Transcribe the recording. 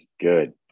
good